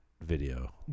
video